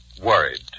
worried